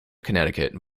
connecticut